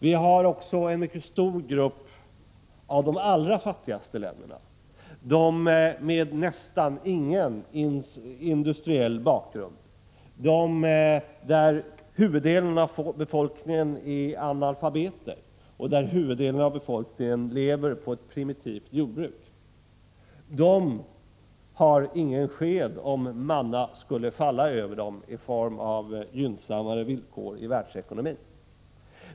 Vi har också en mycket stor grupp länder som tillhör de allra fattigaste, länder som nästan helt saknar industriell bakgrund och där huvuddelen av befolkningen är analfabeter och lever på ett primitivt jordbruk. Dessa länder har ingen sked, om manna skulle falla över dem i form av gynnsammare villkor i världsekonomin.